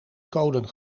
kolen